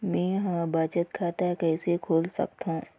मै ह बचत खाता कइसे खोल सकथों?